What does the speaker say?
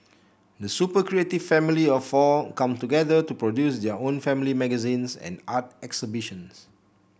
the super creative family of four come together to produce their own family magazines and art exhibitions